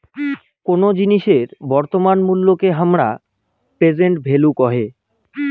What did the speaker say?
কোন জিনিসের বর্তমান মুল্যকে হামরা প্রেসেন্ট ভ্যালু কহে